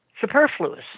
superfluous